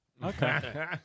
Okay